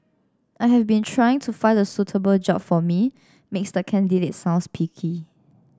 I've been trying to find the suitable job for me makes the candidate sound picky